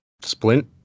Splint